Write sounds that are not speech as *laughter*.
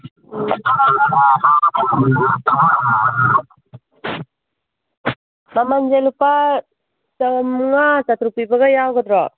*unintelligible* ꯃꯃꯟꯁꯦ ꯂꯨꯄꯥ ꯆꯥꯝꯃꯉꯥ ꯆꯥꯇ꯭ꯔꯨꯛ ꯄꯤꯕꯒ ꯌꯥꯎꯒꯗ꯭ꯔꯣ